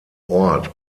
ort